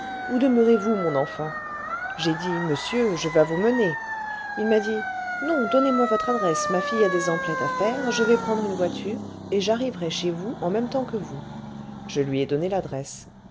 où demeurez-vous mon enfant j'ai dit monsieur je vas vous mener il m'a dit non donnez-moi votre adresse ma fille a des emplettes à faire je vais prendre une voiture et j'arriverai chez vous en même temps que vous je lui ai donné l'adresse